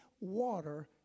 water